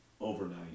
overnight